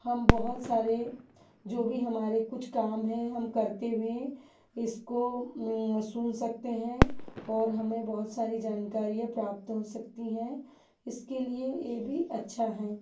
हम बहुत सारे जो भी हमारे कुछ काम है हम करते हुए इसको सुन सकते हैं और हमें बहुत सारी जानकारियाँ प्राप्त हो सकती हैं इसके लिए यह भी अच्छा है